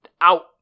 out